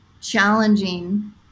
challenging